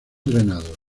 drenados